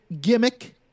gimmick